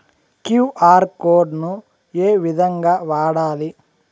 QR code ను ఏ విధంగా వాడాలి?